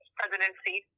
presidency